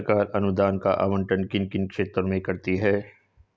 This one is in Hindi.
सरकार अनुदान का आवंटन किन किन क्षेत्रों में करती है?